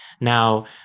Now